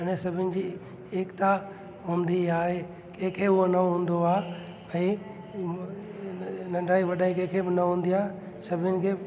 अने सभिनि जी एकता हूंदी आहे कंहिंखे उहो न हूंदो आहे ऐं नंढाई वॾाई कंहिंखे बि न हूंदी आहे सभिनि खे